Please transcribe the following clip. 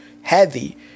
heavy